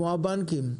כמו הבנקים,